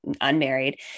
unmarried